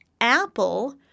apple